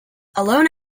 alone